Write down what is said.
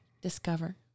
discover